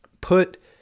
put